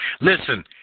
Listen